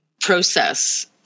process